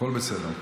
הכול בסדר.